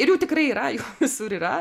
ir jų tikrai yra jų visur yra